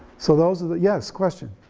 so those are the, yes, question.